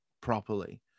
properly